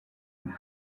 une